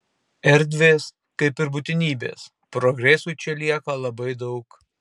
erdvės kaip ir būtinybės progresui čia lieka labai daug